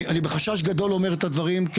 אני בחשש גדול אומר את הדברים.